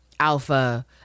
alpha